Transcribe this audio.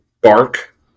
Bark